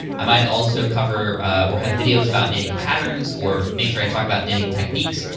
i might also cover or have videos about knitting patterns or make sure i talk about knitting techniques.